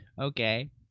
Okay